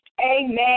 Amen